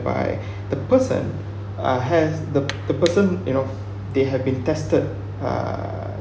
by the person uh has the the person you know they have been tested uh